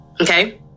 okay